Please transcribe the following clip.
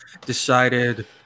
decided